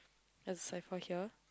there's cipher here